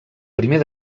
primer